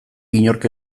inork